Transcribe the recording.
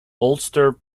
ulster